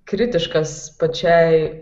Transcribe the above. kritiškas pačiai